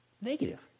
negative